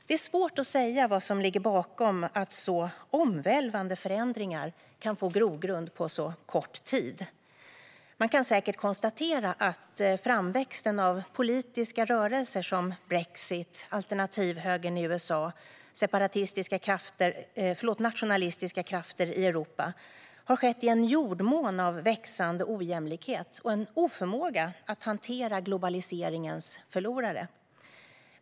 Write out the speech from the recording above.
Det är svårt att säga vad som ligger bakom att så omvälvande förändringar kan få grogrund på så kort tid. Man kan säkert konstatera att framväxten av politiska rörelser som brexit, alternativhögern i USA och nationalistiska krafter i Europa har skett i en jordmån av växande ojämlikhet och en oförmåga att hantera globaliseringens förlorare.